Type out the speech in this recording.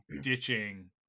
ditching